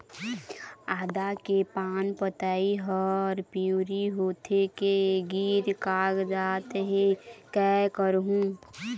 आदा के पान पतई हर पिवरी होथे के गिर कागजात हे, कै करहूं?